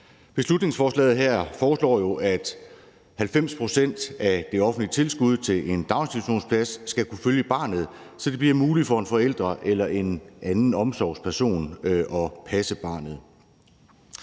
Beslutningsforslaget her foreslår, at 90 pct. af det offentlige tilskud til en daginstitutionsplads skal kunne følge barnet, så det bliver muligt for en forælder eller en anden omsorgsperson at passe barnet.